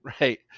Right